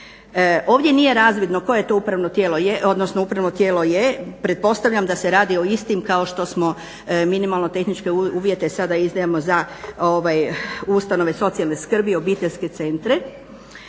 Ovo nije razvidno koje to upravo tijelo je odnosno pretpostavljam da se radi o istim kao što smo minimalne tehničke uvjete sada izdajemo za ustanove socijalne skrbi, obiteljske centre,